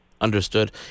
Understood